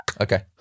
Okay